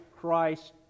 Christ